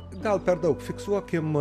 gal per daug fiksuokim